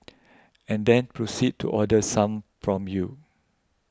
and then proceed to order some from you